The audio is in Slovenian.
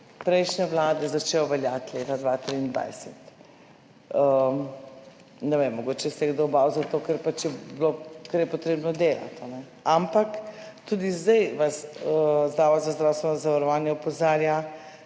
prejšnje vlade začel veljati leta 2023. Ne vem, mogoče se je kdo bal zato, ker pač je bilo, ker je potrebno delati. Ampak, tudi zdaj vas Zavod za zdravstveno zavarovanje opozarja,